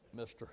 Mr